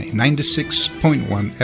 96.1